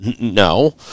No